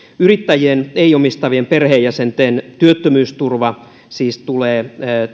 yrittäjien ei omistavien perheenjäsenten työttömyysturva siis tulee